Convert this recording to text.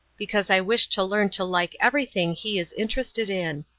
because i wish to learn to like everything he is interested in.